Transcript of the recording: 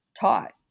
taught